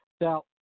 now